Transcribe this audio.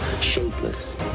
shapeless